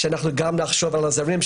שנחשוב על הזרים,